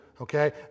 okay